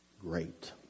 great